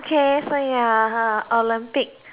okay so you're a Olympic